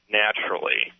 naturally